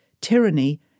Tyranny